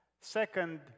Second